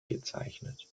gezeichnet